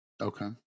Okay